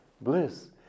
bliss